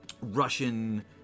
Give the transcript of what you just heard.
Russian